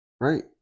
right